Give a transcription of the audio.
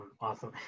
awesome